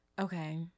Okay